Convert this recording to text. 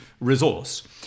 resource